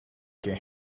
can